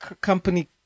company